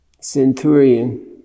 centurion